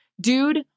Dude